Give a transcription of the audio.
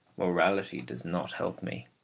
morality does not help me.